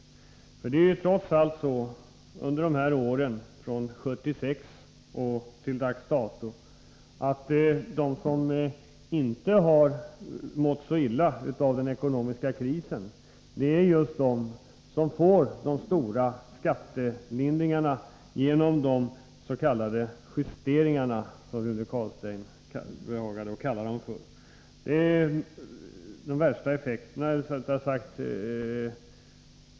Trots allt är det ju så under de här åren från 1976 till dags dato att de som inte har mått så illa av den ekonomiska krisen är just de som får de stora skattelindringarna genom de s.k. justeringarna, som Rune Carlstein behagade kalla dem.